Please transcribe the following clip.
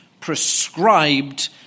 prescribed